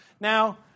Now